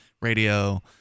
radio